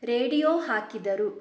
radio ಹಾಕಿದರು